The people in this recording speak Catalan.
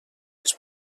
els